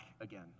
again